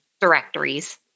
directories